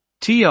Tr